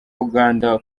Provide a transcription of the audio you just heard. uganda